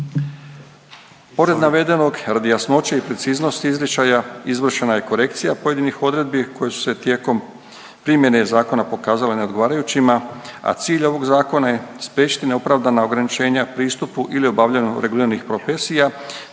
Pored navedenog radi jasnoće i preciznosti izričaja izvršena je korekcija pojedinih odredbi koje su se tijekom primjene zakona pokazale neodgovarajućima, a cilj ovog zakona je spriječiti neopravdana ograničenja pristupu ili obavljanju reguliranih profesija